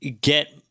get